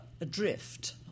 adrift